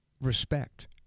respect